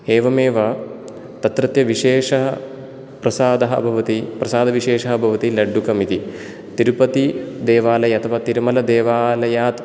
एवमेव तत्रत्यविशेषः प्रसादः भवति प्रसादविशेषः भवति लड्डुकम् इति तिरुपतिदेवालय अथवा तिरुमलदेवालयात्